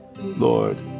Lord